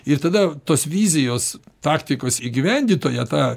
ir tada tos vizijos taktikos įgyvendintoją tą